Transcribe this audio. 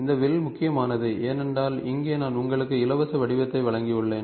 இந்த வில் முக்கியமானது ஏனென்றால் இங்கே நான் உங்களுக்கு இலவச வடிவத்தை வழங்கியுள்ளேன்